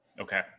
Okay